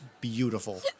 beautiful